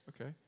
Okay